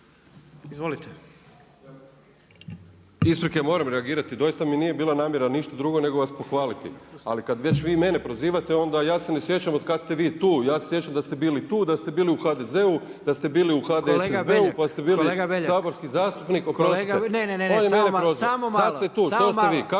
(HSS)** Isprike, moram reagirati, doista mi nije bila namjera ništa drugo, nego vas pohvaliti. Ali kad vi već mene prozivate, onda ja se ne sjećam od kad ste vi tu. Ja se sjećam da ste bili tu, da ste bili u HDZ-u, da ste bili u HDSSB-u pa ste bili saborski zastupnik …/Upadica: Kolega Beljak, samo malo,